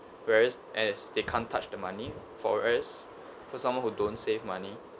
whereas as they can't touch the money for us for someone who don't save money